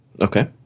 Okay